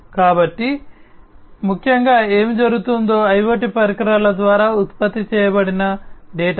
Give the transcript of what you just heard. కాబట్టి ముఖ్యంగా ఏమి జరుగుతుందో IoT పరికరాల ద్వారా ఉత్పత్తి చేయబడిన డేటా